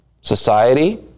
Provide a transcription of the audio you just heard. Society